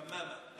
קַמַאמַה.